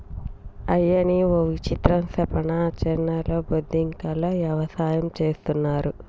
అయ్యనీ ఓ విచిత్రం సెప్పనా చైనాలో బొద్దింకల యవసాయం చేస్తున్నారు